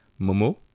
Momo